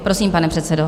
Prosím, pane předsedo.